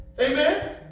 Amen